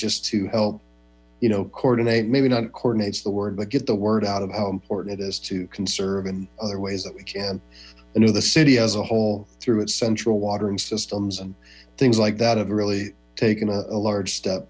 just to help coordinate maybe not coordinated the word but get the word out of how important it is to conserve other ways that we can know the city as a whole through central watering systems and things like that have really taken a large step